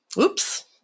Oops